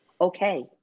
Okay